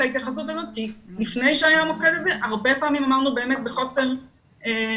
ההתייחסות כי לפני שהיה המוקד הזה הרבה פעמים עמדנו בחוסר אונים.